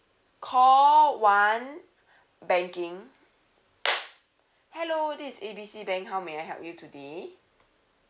call one banking hello this A B C bank how may I help you today